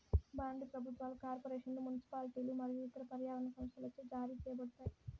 బాండ్లు ప్రభుత్వాలు, కార్పొరేషన్లు, మునిసిపాలిటీలు మరియు ఇతర పర్యావరణ సంస్థలచే జారీ చేయబడతాయి